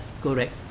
correct